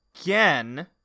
again